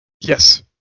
Yes